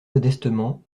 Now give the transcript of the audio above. modestement